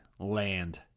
Land